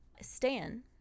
stan